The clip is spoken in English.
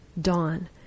dawn